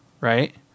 Right